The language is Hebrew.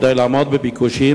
כדי לעמוד בביקושים,